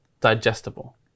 digestible